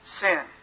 sin